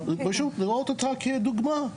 פשוט לראות אותו כדוגמא.